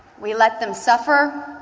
we let them suffer,